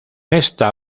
esta